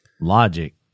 logic